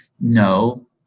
no